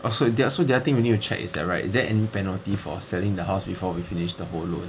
also the other thing we need to check right is there any penalty for selling the house before we finish the whole loan